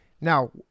Now